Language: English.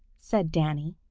said danny.